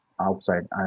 outside